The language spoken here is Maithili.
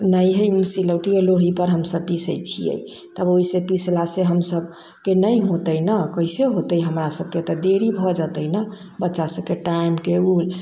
नहि है सिलौटीये लोढ़ी पर हमसब पीसै छियै तब ओहिसे पीसला से हमसब के नहि होतै न कैसे होतै हमरासबके तऽ देरी भऽ जतै न बच्चा सबके टाइम टेबुल